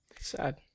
sad